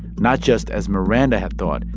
not just, as miranda had thought,